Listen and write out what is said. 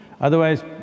Otherwise